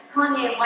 Kanye